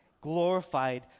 glorified